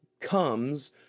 comes